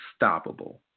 unstoppable